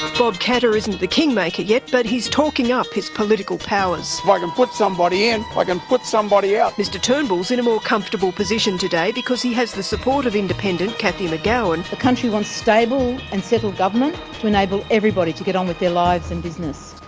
bob katter isn't the kingmaker yet but he is talking up his political powers. if i can put somebody and in, i can put somebody out. mr turnbull is in a more comfortable position today because he has the support of independent cathy mcgowan. the country wants stable and settled government to enable everybody to get on with their lives and business,